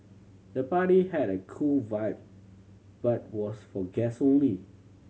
the party had a cool vibe but was for guest only